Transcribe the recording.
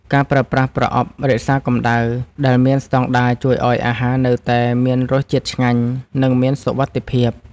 ការប្រើប្រាស់ប្រអប់រក្សាកម្ដៅដែលមានស្ដង់ដារជួយឱ្យអាហារនៅតែមានរសជាតិឆ្ងាញ់ និងមានសុវត្ថិភាព។